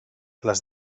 les